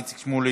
איציק שמולי.